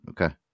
Okay